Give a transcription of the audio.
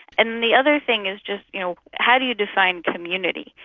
and then the other thing is just you know how do you define community?